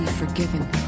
Forgiven